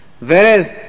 whereas